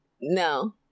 no